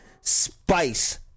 Spice